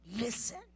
listen